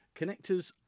Connectors